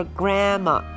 grandma